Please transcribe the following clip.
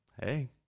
hey